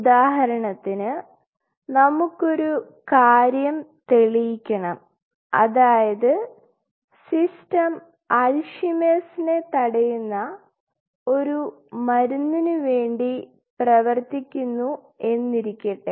ഉദാഹരണത്തിന് നമുക്ക് ഒരു കാര്യം തെളിയിക്കണം അതായത് സിസ്റ്റം അൽഷിമേഴ്സിനെ Alzheimer's തടയുന്ന ഒരു മരുന്നിനുവേണ്ടി പ്രവർത്തിക്കുന്നു എന്നിരിക്കട്ടെ